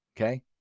Okay